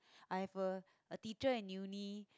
I have a a teacher in uni